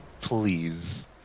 Please